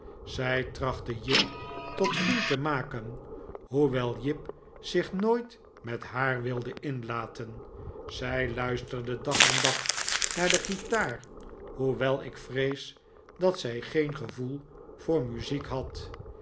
zij trachtte jip tot vriend te maken hoewel jip zich nooit met haar wilde inlaten zij luisterde dag aan dag naar de guitaar hoewel ik vrees dat zij geen gevoel voor muziek had